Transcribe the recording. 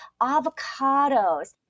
avocados